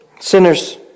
Sinners